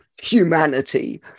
humanity